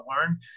learn